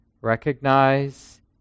Recognize